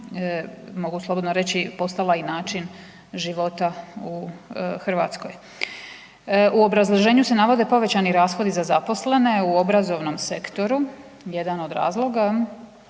mogu slobodno reći, postala i način života u Hrvatskoj. U obrazloženju se navodi povećani rashodi za zaposlene, u obrazovnom sektoru, jedan od razloga